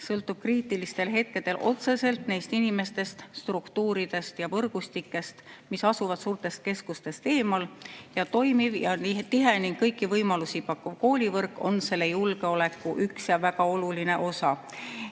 sõltub kriitilistel hetkedel otseselt neist inimestest, struktuuridest ja võrgustikest, mis asuvad suurtest keskustest eemal. Toimiv ja tihe ning kõiki võimalusi pakkuv koolivõrk on julgeoleku üks väga oluline osa.